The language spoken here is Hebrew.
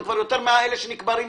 הם כבר יותר מאלה שנקברים שם.